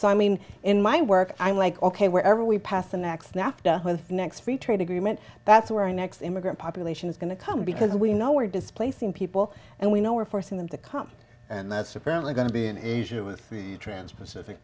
so i mean in my work i'm like ok wherever we passed the next nafta next free trade agreement that's where our next immigrant population is going to come because we know we're displacing people and we know we're forcing them to come and that's apparently going to be in asia with the trans pacific